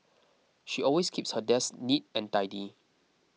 she always keeps her desk neat and tidy